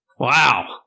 Wow